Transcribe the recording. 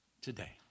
today